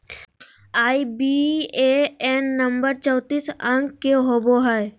IBAN number चौतीस अंक के होवो हय